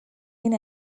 این